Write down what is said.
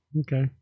okay